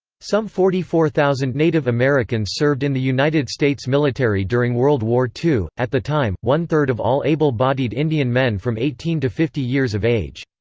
some forty four thousand native americans served in the united states military during world war ii at the time, one-third of all able-bodied indian men from eighteen to fifty years of age.